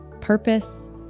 purpose